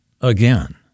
again